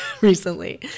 recently